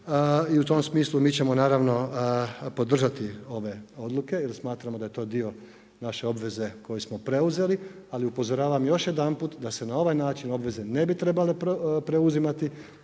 I u tom smislu mi ćemo naravno podržati ove odluke jer smatramo da je to dio naše obveze koju smo preuzeli. Ali upozoravam još jedanput da se na ovaj način obveze ne bi trebale preuzimati,